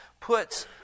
puts